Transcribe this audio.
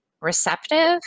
receptive